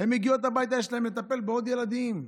הן מגיעות הביתה ויש להן לטפל בעוד ילדים,